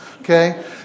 okay